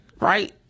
right